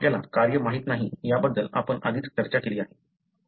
आपल्याला कार्य माहित नाही याबद्दल आपण आधीच चर्चा केली आहे